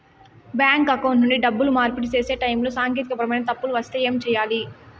bank account నుండి డబ్బులు మార్పిడి సేసే టైములో సాంకేతికపరమైన తప్పులు వస్తే ఏమి సేయాలి